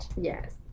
yes